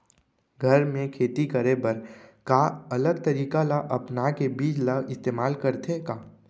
घर मे खेती करे बर का अलग तरीका ला अपना के बीज ला इस्तेमाल करथें का?